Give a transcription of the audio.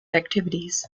activities